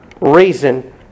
reason